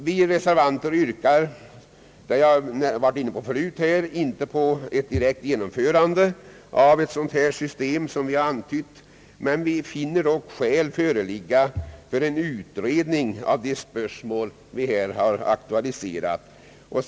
Vi reservanter yrkar inte — det har jag förut här antytt — på ett direkt genomförande av ett så dant system, som vi avser, men vi finner dock skäl föreligga för en utredning av de spörsmål vi här aktualiserat.